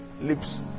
lips